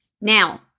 Now